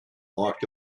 walked